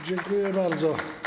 Dziękuję bardzo.